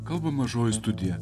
kalba mažoji studija